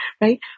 right